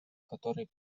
который